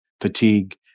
fatigue